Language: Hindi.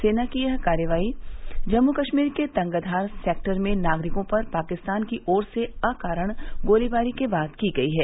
सेना की यह कार्रवाई जम्मू कश्मीर के तंगधार सेक्टर में नागरिकों पर पाकिस्तान की ओर से अकारण गोलीबारी के बाद की गई है